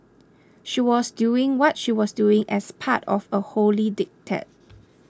she was doing what she was doing as part of a holy diktat